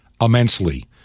immensely